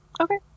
Okay